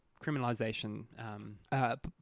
criminalisation